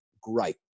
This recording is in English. great